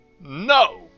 No